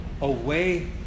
away